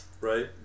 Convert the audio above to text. right